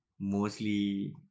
mostly